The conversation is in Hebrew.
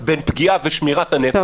יש הבדל בין פגיעה ושמירת הנפש,